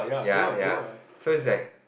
ya ya so is like